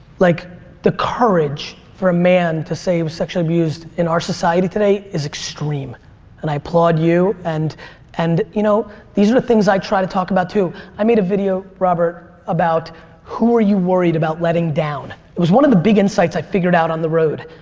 like the courage for a man to say he was sexually abused in our society today is extreme and i applaud you and and you know these are the things i try to talk about too. i made a video robert about who are you worried about letting down. it was a one and the big insights i figured out on the road.